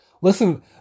Listen